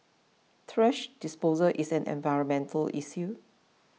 thrash disposal is an environmental issue